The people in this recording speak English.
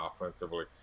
offensively